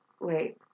Wait